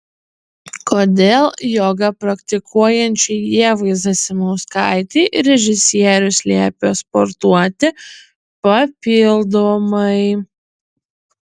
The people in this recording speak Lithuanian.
kodėl jogą praktikuojančiai ievai zasimauskaitei režisierius liepė sportuoti papildomai